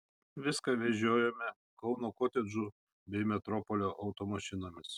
viską vežiojome kauno kotedžų bei metropolio automašinomis